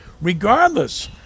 regardless